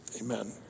amen